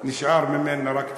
נשאר ממנה רק השם.